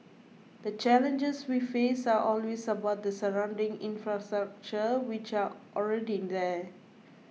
the challenges we face are always about the surrounding infrastructure which are already there